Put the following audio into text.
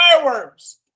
fireworks